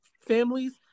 families